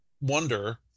wonder